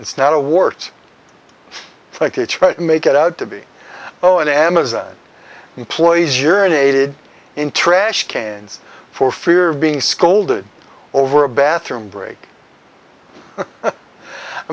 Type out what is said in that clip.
it's not a wart like you try to make it out to be oh and amazon employees journey aided in trash cans for fear of being scolded over a bathroom break i